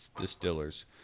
distillers